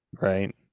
right